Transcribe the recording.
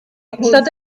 hauptstadt